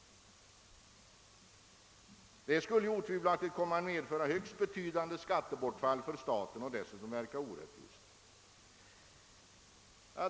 Det skulle otvivelaktigt komma att medföra högst betydande skattebortfall för staten och dessutom verka orättvist.